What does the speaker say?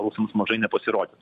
rusams mažai nepasirodytų